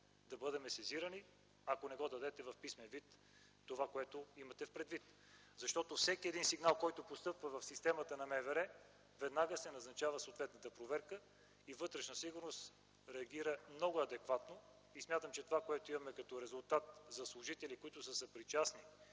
да бъдем сезирани, ако не дадете в писмен вид това, което имаме предвид. Защото по всеки един сигнал, който постъпва в системата на МВР, веднага се назначава съответната проверка и „Вътрешна сигурност” реагира много адекватно. Смятам, че това, което имаме като резултат за служители, които са съпричастни